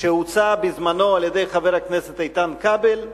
שהוצע בזמנו על-ידי חבר הכנסת איתן כבל,